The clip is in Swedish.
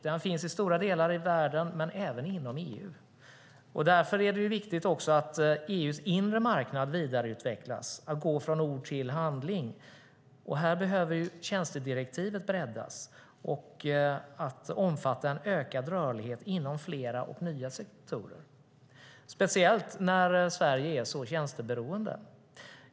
Den finns i stora delar av världen och även inom EU. Därför är det viktigt att EU:s inre marknad vidareutvecklas, att gå från ord till handling. Här behöver tjänstedirektivet breddas och omfatta en ökad rörlighet inom flera och nya sektorer - speciellt när Sverige är så tjänsteberoende.